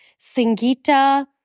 Singita